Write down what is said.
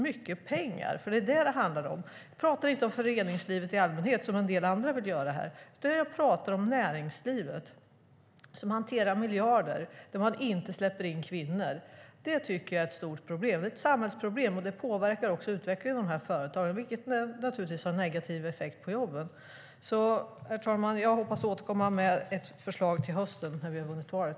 Det är nämligen dem det handlar om - jag pratar inte om föreningslivet i allmänhet, som en del andra vill göra, utan jag pratar om näringslivet. Där hanterar man miljarder, och man släpper inte in kvinnor. Det tycker jag är ett stort problem. Det är ett samhällsproblem, och det påverkar också utvecklingen i de här företagen vilket naturligtvis har negativ effekt på jobben. Herr talman! Jag hoppas återkomma med ett förslag till hösten, när vi har vunnit valet.